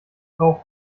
frau